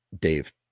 dave